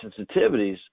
sensitivities